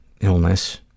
illness